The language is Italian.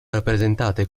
rappresentate